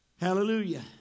Hallelujah